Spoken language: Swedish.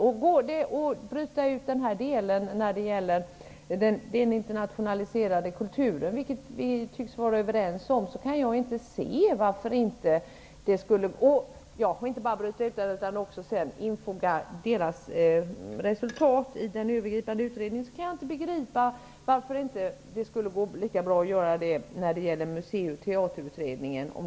Om det går att bryta ut det område som gäller den internationaliserade kulturen, vilket vi tycks vara överens om, kan jag inte begripa varför det inte skulle gå lika bra att bryta ut musei och teaterutredningen om den är parlamentariskt sammansatt. Man skall ju dessutom sedan infoga resultaten härifrån i resultaten från den övergripande utredningen.